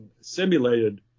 simulated